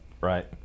Right